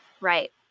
right